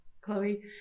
Chloe